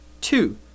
Two